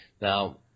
Now